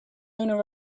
owner